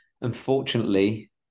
Unfortunately